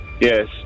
Yes